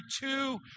two